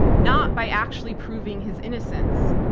not by actually proving his innocence.